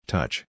Touch